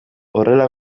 horrela